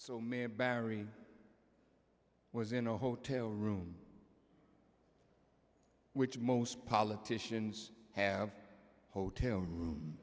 so man barry was in a hotel room which most politicians have hotel room